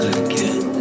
again